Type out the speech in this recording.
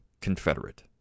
confederate